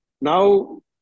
now